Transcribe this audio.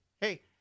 Hey